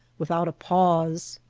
without a pause.